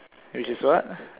which is what